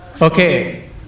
Okay